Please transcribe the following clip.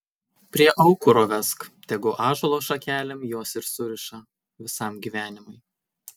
prie aukuro vesk tegu ąžuolo šakelėm juos ir suriša visam gyvenimui